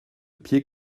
pied